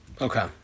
Okay